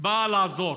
באה לעזור.